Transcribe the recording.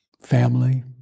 family